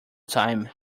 time